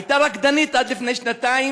היא הייתה רקדנית עד לפני שנתיים,